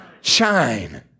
Shine